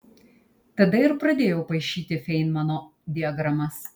tada ir pradėjau paišyti feinmano diagramas